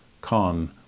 con